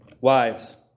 wives